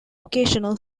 occasional